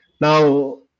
Now